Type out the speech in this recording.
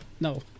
No